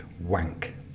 Wank